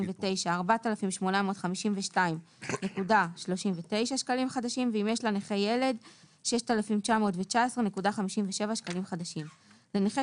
עד 39 אחוזים- 4,852.39 שקלים ואם יש לנכה ילד- 6,919.57 שקלים לנכה